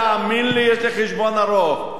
תאמין לי, יש לי חשבון ארוך.